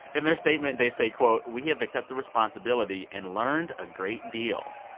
in their statement, they say, quote, we have accepted responsibility and learned a great deal.